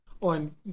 on